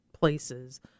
places